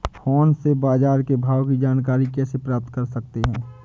Phone से बाजार के भाव की जानकारी कैसे प्राप्त कर सकते हैं?